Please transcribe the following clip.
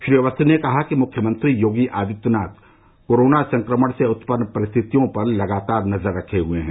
श्री अवस्थी ने कहा कि मुख्यमंत्री योगी आदित्यनाथ कोरोना संक्रमण से उत्पन्न परिस्थितियों पर लगातार नजर रखे हुए हैं